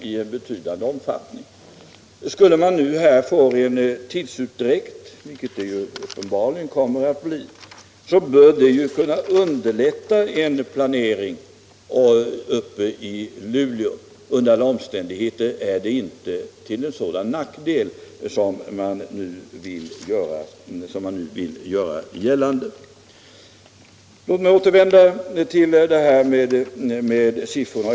Skulle vi nu få en tidsutdräkt med byggandet av Stålverk 80 — som det uppenbarligen blir — bör det kunna underlätta en långsiktigare planering i Luleå och dess genomförande. Under alla omständigheter är den inte till en sådan nackdel som man nu vill göra gällande. Låt mig återvända till detta med sysselsättningssiffrorna.